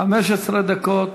15 דקות.